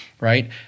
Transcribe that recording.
right